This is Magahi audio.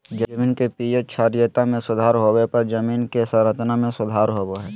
जमीन के पी.एच क्षारीयता में सुधार होबो हइ जमीन के संरचना में सुधार होबो हइ